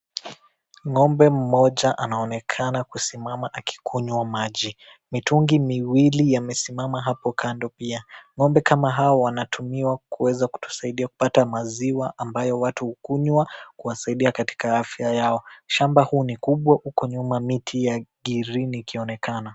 Ng'ombe mmoja anaonekana kusimama akikunywa maji, mitungi miwili yamesimama hapo kando pia, ng'ombe kama hawa wanatumiwa kuweza kutusaidia kupata maziwa ambayo watu hukunywa kuwasaidia katika afya yao, shamba huu ni kubwa huko nyuma miti ya girini ikionekana.